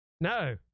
No